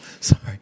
sorry